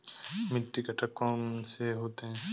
मिट्टी के घटक कौन से होते हैं?